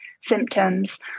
symptoms